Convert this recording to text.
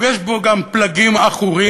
ויש בו גם פלגים עכורים,